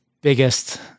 biggest